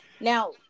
now